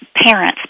parents